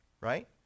right